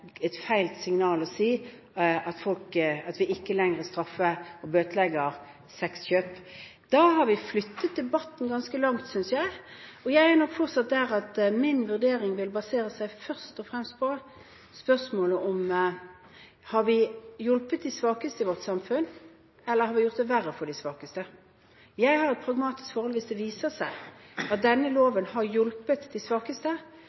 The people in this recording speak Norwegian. et feil signal å si at vi ikke lenger straffer og bøtelegger sexkjøp. Da har vi flyttet debatten ganske langt, synes jeg. Jeg er nok fortsatt der at min vurdering først og fremst vil basere seg på spørsmålet: Har vi hjulpet de svakeste i vårt samfunn, eller har vi gjort det verre for de svakeste? Jeg har et pragmatisk forhold til det. Hvis det viser seg at denne loven har hjulpet de svakeste,